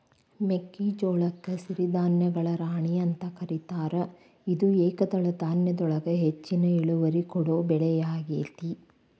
ಮೆಕ್ಕಿಜೋಳಕ್ಕ ಸಿರಿಧಾನ್ಯಗಳ ರಾಣಿ ಅಂತ ಕರೇತಾರ, ಇದು ಏಕದಳ ಧಾನ್ಯದೊಳಗ ಹೆಚ್ಚಿನ ಇಳುವರಿ ಕೊಡೋ ಬೆಳಿಯಾಗೇತಿ